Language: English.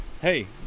hey